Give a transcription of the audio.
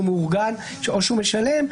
שהוא מאורגן או שהוא משלם,